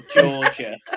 Georgia